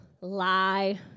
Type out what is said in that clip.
Lie